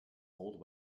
old